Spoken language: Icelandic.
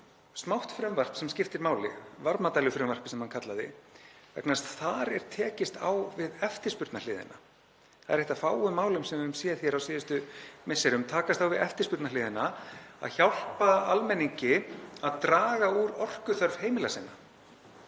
smátt frumvarp sem skiptir máli, varmadælufrumvarpið sem hann kallaði, vegna þess að þar er tekist á við eftirspurnarhliðina. Það er eitt af fáum málum sem við höfum séð á síðustu misserum takast á við eftirspurnarhliðina, að hjálpa almenningi að draga úr orkuþörf heimila sinna.